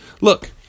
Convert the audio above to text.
Look